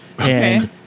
Okay